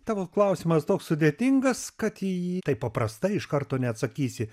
tavo klausimas toks sudėtingas kad į jį taip paprastai iš karto neatsakysi